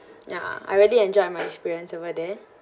ya I really enjoyed my experience over there